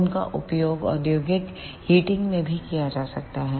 उनका उपयोग औद्योगिक हीटिंग में भी किया जा सकता है